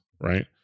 right